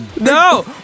No